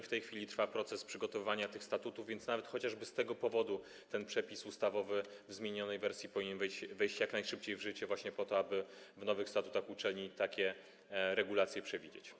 W tej chwili trwa proces przygotowywania tych statutów, więc nawet chociażby z tego powodu ten przepis ustawowy w zmienionej wersji powinien wejść jak najszybciej w życie, właśnie po to, aby w nowych statutach uczelni takie regulacje przewidzieć.